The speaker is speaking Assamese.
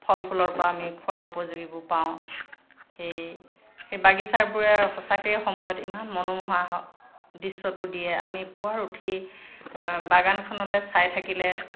ফল ফুলৰ পৰা আমি খোৱাৰ উপযোগীবোৰ পাওঁ সেই বাগিচাবোৰে সঁচাকেই সময়ত ইমান মনোমোহা হওঁক দৃশ্যটো দিয়ে আমি পুৱা উঠিয়ে বাগানখনলৈ চাই থাকিলে